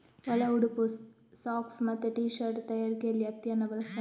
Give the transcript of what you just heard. ಒಳ ಉಡುಪು, ಸಾಕ್ಸ್ ಮತ್ತೆ ಟೀ ಶರ್ಟ್ ತಯಾರಿಕೆಯಲ್ಲಿ ಹತ್ತಿಯನ್ನ ಬಳಸ್ತಾರೆ